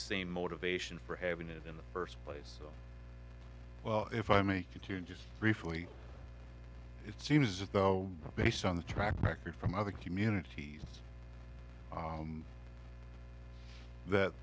same motivation for having it in the first place well if i make it to just briefly it seems as though based on the track record from other communities that